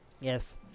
Yes